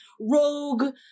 rogue